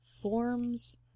forms